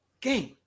game